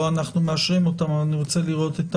לא אנחנו מאשרים אותן, אבל אני רוצה לראות את